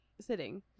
sitting